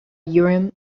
urim